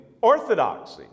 orthodoxy